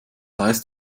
heißt